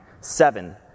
seven